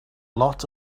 lot